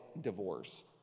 divorce